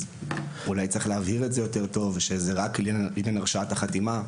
אולי צריך להבהיר שזה רק על הרשאת החתימה,